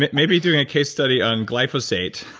maybe doing a case study on glyphosate,